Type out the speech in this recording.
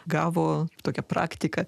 gavo tokią praktiką